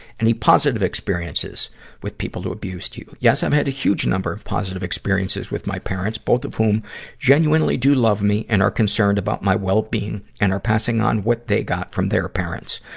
any positive experiences with people who abused you? yes, i've had a huge number of positive experiences with my parents, both of whom genuinely do love me and are concerned about my well-being and are passing on what they got from their parents.